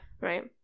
right